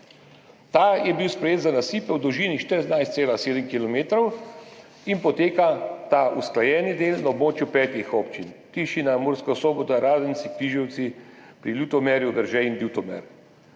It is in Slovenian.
Ta je bil sprejet za nasipe v dolžini 14,7 kilometra in poteka, ta usklajeni del, na območju petih občin: Tišina, Murska Sobota, Radenci, Križevci pri Ljutomeru, Veržej in Ljutomer.